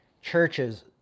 churches